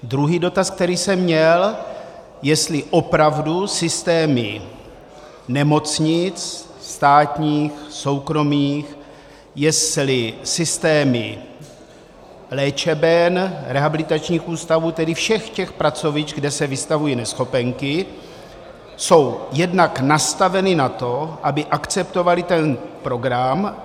Druhý dotaz, který jsem měl, jestli opravdu systémy nemocnic státních, soukromých, jestli systémy léčeben, rehabilitačních ústavů, tedy všech těch pracovišť, kde se vystavují neschopenky, jsou jednak nastaveny na to, aby akceptovaly ten program.